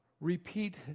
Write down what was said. repeat